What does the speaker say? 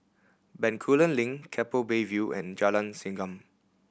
Bencoolen Link Keppel Bay View and Jalan Segam